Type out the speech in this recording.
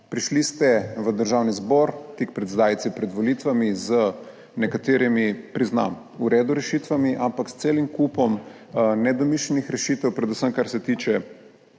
Prišli ste v Državni zbor tik pred zdajci pred volitvami z nekaterimi, priznam, v redu rešitvami, ampak s celim kupom nedomišljenih rešitev, predvsem kar se tiče